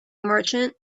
merchant